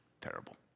terrible